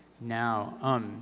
now